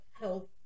health